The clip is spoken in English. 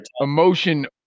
emotion